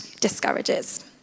discourages